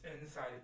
inside